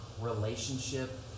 relationship